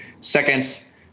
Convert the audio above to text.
seconds